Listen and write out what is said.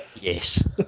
Yes